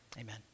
amen